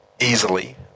easily